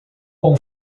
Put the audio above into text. com